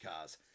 cars